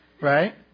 right